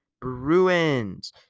Bruins